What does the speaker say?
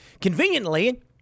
Conveniently